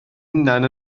hunain